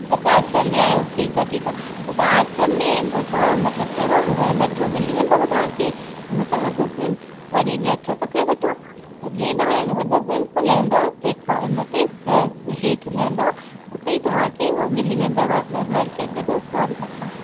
अच्छा आश्रम में आयो ठीकु आहे ठीकु आहे पोइ तव्हां आश्रम में तव्हां मतिलब कहिड़ो मेट्रो मिली वेंदव तव्हांखे मतिलब तव्हां हज़रत गंज वरी मेट्रो पकिड़े वठो त जीअं ई तव्हां हज़रत गंज खां लहंदव पोइ इनते हेठ लहंदव उते ई तव्हांखे हो मिली वेंदव रॉयल केफ़े जो स्टॉल अथव